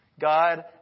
God